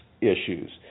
issues